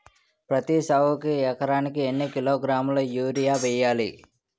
పత్తి సాగుకు ఎకరానికి ఎన్నికిలోగ్రాములా యూరియా వెయ్యాలి?